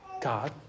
God